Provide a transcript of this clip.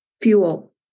fuel